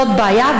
זאת בעיה,